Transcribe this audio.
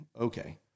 Okay